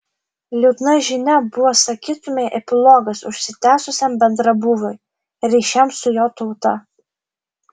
liūdna žinia buvo sakytumei epilogas užsitęsusiam bendrabūviui ryšiams su jo tauta